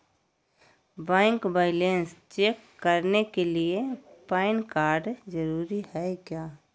Bank balance check करने के लिए पैन कार्ड जरूरी है क्या?